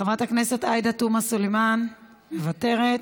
חברת הכנסת עאידה תומא סלימאן, מוותרת.